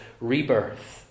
rebirth